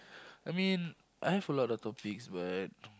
I mean I have a lot of topics but